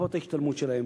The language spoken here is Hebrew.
בקופות ההשתלמות שלהם.